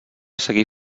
seguir